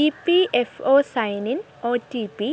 E P F O sign in O T P